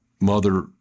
mother